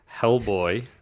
Hellboy